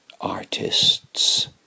artists